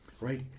right